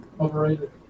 Overrated